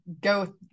go